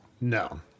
no